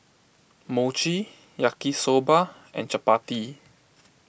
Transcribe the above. Mochi Yaki Soba and Chapati